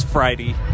Friday